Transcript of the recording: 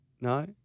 No